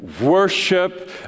worship